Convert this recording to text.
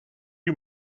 you